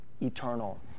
eternal